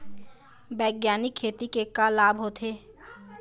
बैग्यानिक खेती के का लाभ होथे?